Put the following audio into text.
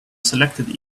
selected